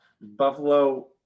Buffalo